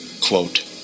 Quote